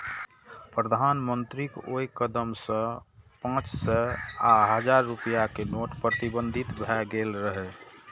प्रधानमंत्रीक ओइ कदम सं पांच सय आ हजार रुपैया के नोट प्रतिबंधित भए गेल रहै